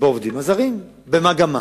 במספר עובדים הזרים, במגמה